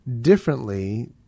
differently